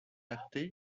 arte